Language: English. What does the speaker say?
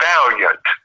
Valiant